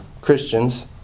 Christians